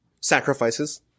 sacrifices